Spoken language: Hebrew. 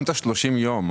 גם את ה-30 יום,